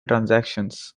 transactions